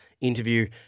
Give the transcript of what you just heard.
interview